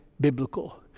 biblical